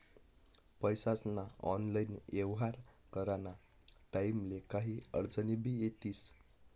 पैसास्ना ऑनलाईन येव्हार कराना टाईमले काही आडचनी भी येतीस